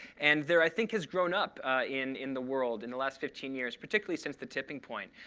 and there, i think, has grown up in in the world in the last fifteen years, particularly since the tipping point,